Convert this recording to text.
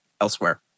elsewhere